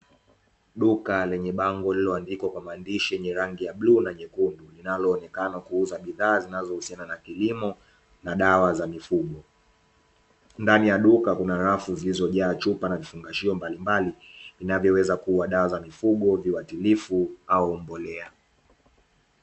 Duka lenye bango lililoandikwa kwa maandishi yenye rangi ya bluu na nyekundu, linaloonekena kuuza bidhaa zinazohusiana na kilimo na dawa za mifugo. Ndani ya duka kuna rafu zilizojaa chupa na vifungashio mbalimbali vinavyoweza kuwa dawa za mifugo, viwatilifu au mbolea.